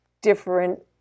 different